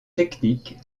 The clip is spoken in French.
techniques